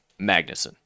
Magnuson